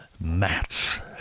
mats